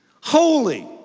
holy